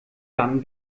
dann